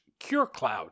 CureCloud